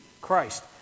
Christ